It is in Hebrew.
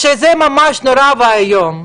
שזה ממש נורא ואיום.